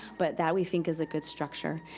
but that we think is a good structure.